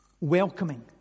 Welcoming